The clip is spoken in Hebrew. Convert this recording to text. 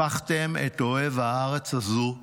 הפכתם את אוהב הארץ הזו לאויב.